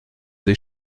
des